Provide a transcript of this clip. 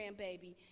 grandbaby